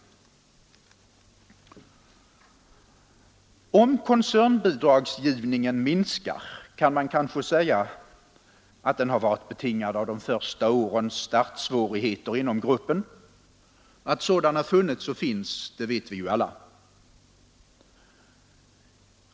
Om koncernbidragsgivningen minskar kan man kanske säga att den varit betingad av de första årens startsvårigheter inom gruppen — att sådana funnits och finns, det vet vi alla.